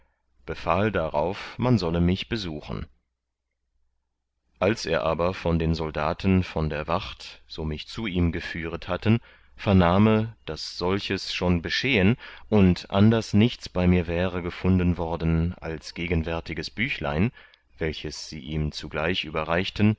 befahl darauf man sollte mich besuchen als er aber von den soldaten von der wacht so mich zu ihm geführet hatten vernahme daß solches schon beschehen und anders nichts bei mir wäre gefunden worden als gegenwärtiges büchlein welches sie ihm zugleich überreichten